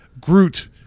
Groot